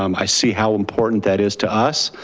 um i see how important that is to us.